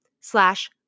slash